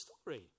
story